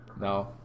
no